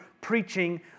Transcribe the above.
preaching